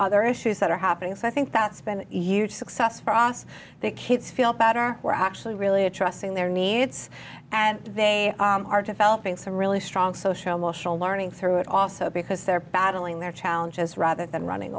other issues that are happening so i think that spend huge success for us the kids feel better we're actually really a trusting their needs and they are to felting some really strong social emotional learning through it also because they're battling their challenges rather than running